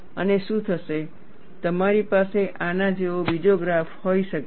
અને શું થશે તમારી પાસે આના જેવો બીજો ગ્રાફ હોઈ શકે છે